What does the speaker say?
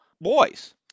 boys